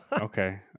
okay